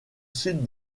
sud